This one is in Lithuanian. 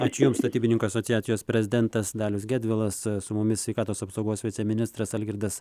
ačiū jums statybininkų asociacijos prezidentas dalius gedvilas su mumis sveikatos apsaugos viceministras algirdas